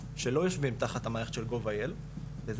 שלא יושבים תחת המערכת של gov.il וזה